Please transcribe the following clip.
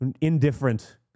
indifferent